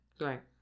Right